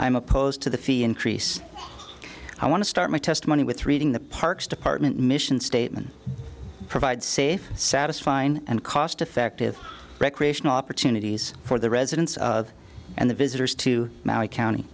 am opposed to the fee increase i want to start my testimony with reading the parks department mission statement provide safe satisfying and cost effective recreational opportunities for the residents of and the visitors to my count